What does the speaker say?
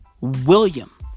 William